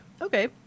okay